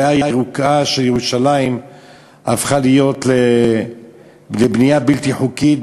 הריאה הירוקה של ירושלים הפכה להיות שטח של בנייה בלתי חוקית,